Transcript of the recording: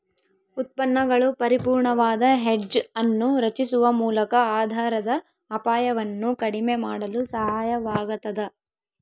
ಉತ್ಪನ್ನಗಳು ಪರಿಪೂರ್ಣವಾದ ಹೆಡ್ಜ್ ಅನ್ನು ರಚಿಸುವ ಮೂಲಕ ಆಧಾರದ ಅಪಾಯವನ್ನು ಕಡಿಮೆ ಮಾಡಲು ಸಹಾಯವಾಗತದ